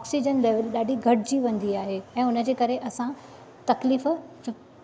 oxygen level ॾाढी घटिजी वेंदी आहे ऐ हुन जे करे असां तकलीफ़ूं